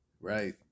Right